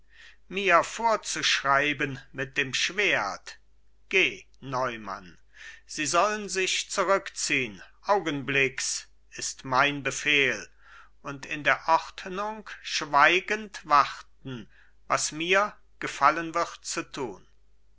mir vorzuschreiben mit dem schwert geh neumann sie sollen sich zurückziehn augenblicks ist mein befehl und in der ordnung schweigend warten was mir gefallen wird zu tun